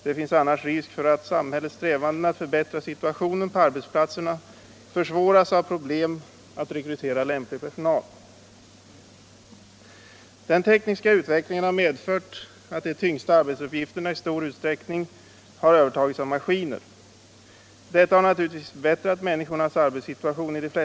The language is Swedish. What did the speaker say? Annars är risken att samhällets strävanden att förbättra situationen på arbetsplatserna försvåras av problemen att rekrytera lämplig personal. Den tekniska utveckligen har medfört att de tyngsta arbetsuppgifterna I stor utsträckning har övertagits av maskiner. Detta har naturligtvis i de flesta fall förbättrat människornas arbetssituation.